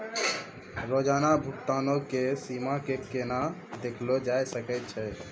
रोजाना भुगतानो के सीमा के केना देखलो जाय सकै छै?